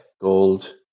gold